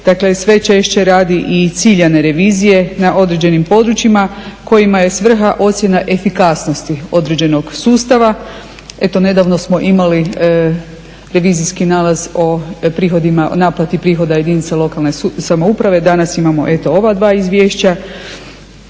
dakle sve češće radi i ciljane revizije na određenim područjima kojima je svrha ocjena efikasnosti određenog sustava. Eto, nedavno smo imali revizijski nalaz o prihodima, o naplati prihoda jedinica lokalne samouprave, danas imamo eto ova dva izvješća